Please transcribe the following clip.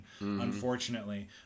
unfortunately